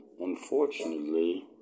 unfortunately